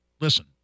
listen